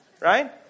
right